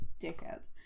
dickhead